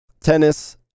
tennis